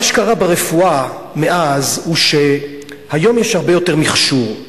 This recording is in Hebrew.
מה שקרה ברפואה מאז הוא שהיום יש הרבה יותר מכשור,